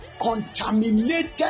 contaminated